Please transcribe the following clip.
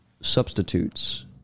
substitutes